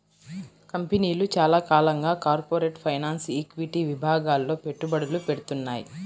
కంపెనీలు చాలా కాలంగా కార్పొరేట్ ఫైనాన్స్, ఈక్విటీ విభాగాల్లో పెట్టుబడులు పెడ్తున్నాయి